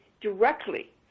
directly